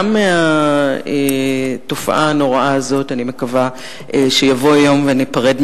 גם מהתופעה הנוראה הזאת אני מקווה שיבוא יום וניפרד,